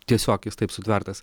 tiesiog jis taip sutvertas